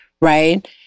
right